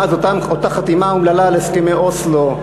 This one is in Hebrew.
מאז אותה חתימה אומללה על הסכמי אוסלו,